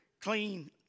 clean